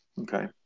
okay